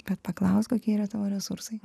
kad paklausk yra tavo resursai